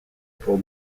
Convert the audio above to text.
pour